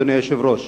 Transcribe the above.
אדוני היושב-ראש.